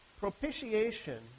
Propitiation